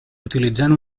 utilitzant